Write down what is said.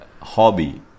hobby